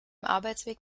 arbeitsweg